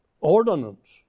ordinance